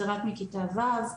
זה רק מכיתה ו',